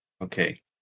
Okay